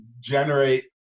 generate